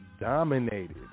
dominated